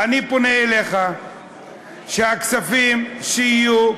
אני פונה אליך שהכספים שיהיו,